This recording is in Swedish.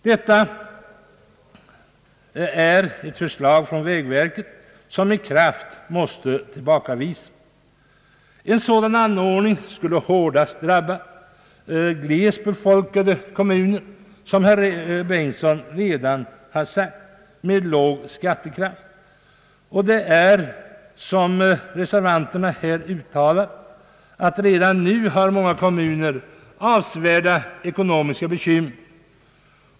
Detta vägverkets förslag måste med kraft tillbakavisas. En sådan anordning skulle hårdast drabba glest befolkade kommuner med låg skattekraft, som herr Bengtson redan har sagt. Det är, som reservanterna uttalar, redan nu så att många kommuner har avsevärda ekonomiska bekymmer.